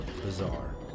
bizarre